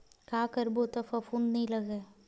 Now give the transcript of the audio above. का करबो त फफूंद नहीं लगय?